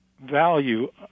value